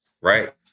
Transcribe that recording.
Right